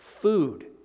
food